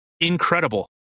incredible